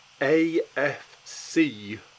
AFC